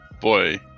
boy